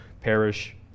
perish